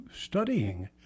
studying